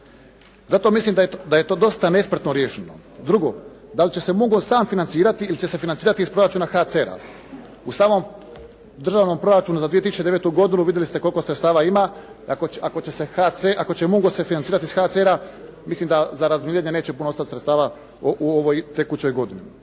Zato mislim da je to dosta nespretno riješeno. Drugo, dali će se Mungos sam financirati ili će se financirati iz proračuna HCR-a. U samom Državnom proračunu za 2009. godinu vidjeli ste koliko sredstava ima. Ako će Mungose financirati iz HCR-a, mislim da za razminiranje neće puno ostati sredstva u ovoj tekućoj godini.